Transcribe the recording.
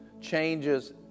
changes